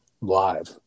live